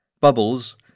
Bubbles